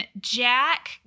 Jack